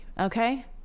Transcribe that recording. Okay